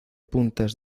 puntas